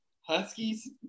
Huskies